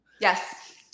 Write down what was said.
Yes